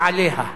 ולכן,